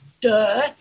Duh